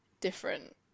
different